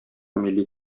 милли